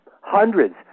hundreds